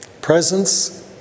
presence